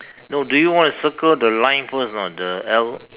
no do you want to circle the line first not the L